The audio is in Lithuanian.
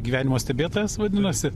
gyvenimo stebėtojas vadinosi